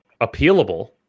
appealable